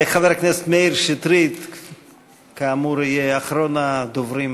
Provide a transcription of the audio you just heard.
חבר הכנסת מאיר שטרית, כאמור, יהיה אחרון הדוברים